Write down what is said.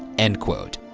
end quote.